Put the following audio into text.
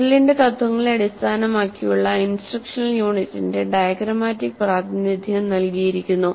മെറിലിന്റെ തത്വങ്ങളെ അടിസ്ഥാനമാക്കിയുള്ള ഇൻസ്ട്രക്ഷണൽ യൂണിറ്റിന്റെ ഡയഗ്രമാറ്റിക് പ്രാതിനിധ്യം നൽകിയിരിക്കുന്നു